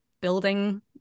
building